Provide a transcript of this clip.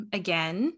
again